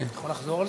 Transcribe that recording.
השר דוד אזולאי.